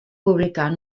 publicar